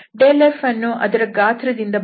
fಅನ್ನು ಅದರ ಗಾತ್ರ ದಿಂದ ಭಾಗಿಸಬೇಕು